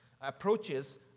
approaches